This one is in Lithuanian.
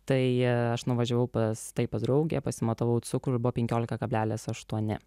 tai aš nuvažiavau pas taip pas draugę pasimatavau cukrų buvo penkiolika kablelis aštuoni